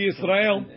Israel